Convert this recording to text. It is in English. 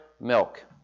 milk